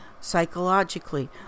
psychologically